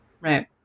Right